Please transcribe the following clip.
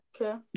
Okay